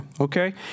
Okay